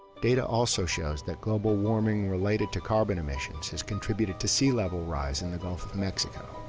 data also shows that global warming related to carbon emissions has contributed to sea-level rise in the gulf of mexico.